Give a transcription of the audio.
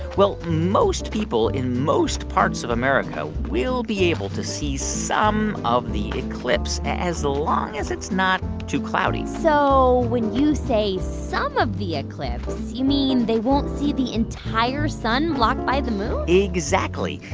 well, most people in most parts of america will be able to see some of the eclipse as long as it's not too cloudy so when you say some of the eclipse, you mean they won't see the entire sun blocked by the moon? exactly.